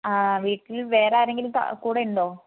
വീട്ടില് വേറെ ആരെങ്കിലും കൂടെ ഉണ്ടോ